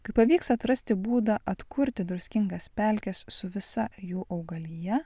kaip pavyks atrasti būdą atkurti druskingas pelkes su visa jų augalija